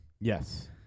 Yes